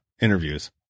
interviews